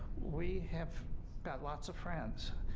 we have got lots of friends,